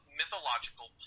mythological